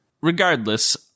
Regardless